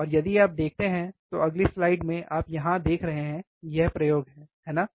और यदि आप देखते हैं तो अगली स्लाइड में आप यहाँ देख रहे हैं कि यह प्रयोग है है ना